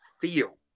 feel